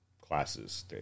classes